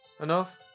Enough